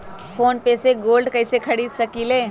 Phone पे से gold कईसे खरीद सकीले?